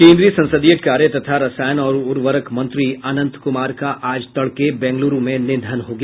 केन्द्रीय संसदीय कार्य तथा रसायन और उर्वरक मंत्री अनंत कुमार का आज तड़के बेंगलुरु में निधन हो गया